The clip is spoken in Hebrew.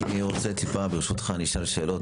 אני רוצה טיפה, ברשותך, נשאל שאלות.